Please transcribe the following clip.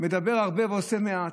מדבר הרבה ועושה מעט.